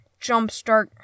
Jumpstart